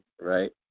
right